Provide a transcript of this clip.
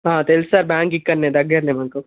తెలుసు sir bank ఇక్కడనే దగ్గరనే మనకు